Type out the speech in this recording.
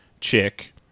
chick